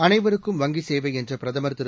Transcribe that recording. அனைவருக்கும் வங்கிச் சேவை என்ற பிரதமர் திரு